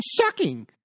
shocking